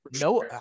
no